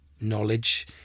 knowledge